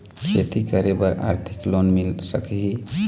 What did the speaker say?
खेती करे बर आरथिक लोन मिल सकही?